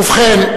ובכן,